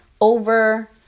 over